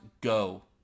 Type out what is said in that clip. go